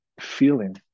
feeling